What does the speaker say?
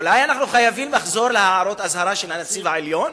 אולי אנחנו חייבים לחזור להערות אזהרה של הנציב העליון,